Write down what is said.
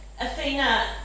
Athena